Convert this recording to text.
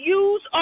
use